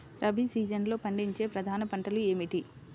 రబీ సీజన్లో పండించే ప్రధాన పంటలు ఏమిటీ?